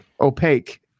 opaque